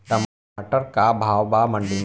टमाटर का भाव बा मंडी मे?